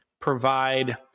provide